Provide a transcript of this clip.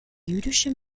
jüdische